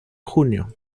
junio